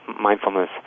mindfulness